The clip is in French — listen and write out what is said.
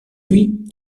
nuits